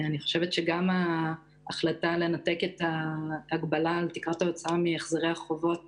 אני חושב שההחלטה לנתק את הגבלה על תקרת ההוצאה מהחזרי החובות